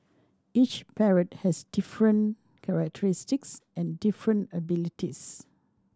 each parrot has different characteristics and different abilities